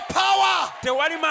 power